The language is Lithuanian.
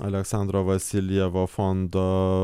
aleksandro vasiljevo fondo